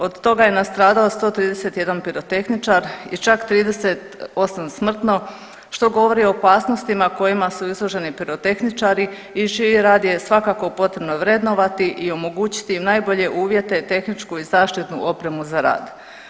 Od toga je nastradao 131 pirotehničar i čak 38 smrtno što govori o opasnostima kojima su izloženi pirotehničari i čiji rad je svakako potrebno vrednovati i omogućiti im najbolje uvjete, tehničku i zaštitnu opremu za rad.